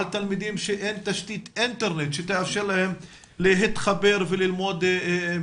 לגבי תלמידים שאין אינטרנט שתאפשר להם להתחבר מרחוק,